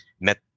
met